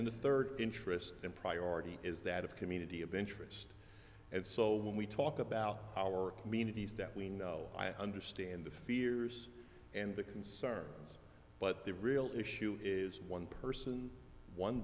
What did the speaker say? then the third interest and priority is that of community of interest and so when we talk about our communities that we know i understand the fears and the concerns but the real issue is one person one